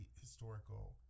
historical